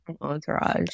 entourage